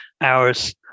hours